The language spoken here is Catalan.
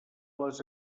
les